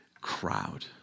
crowd